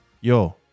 Yo